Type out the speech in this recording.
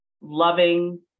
loving